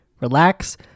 relax